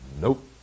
Nope